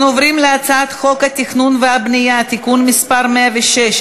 אנחנו עוברים להצעת חוק התכנון והבנייה (תיקון מס' 106),